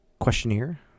Questionnaire